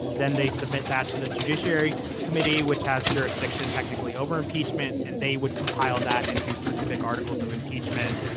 then they submit that to the judiciary committee, which has jurisdiction technically over impeachment, and they would compile that into specific articles of impeachment.